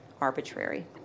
arbitrary